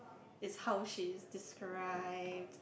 is how she is described